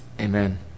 Amen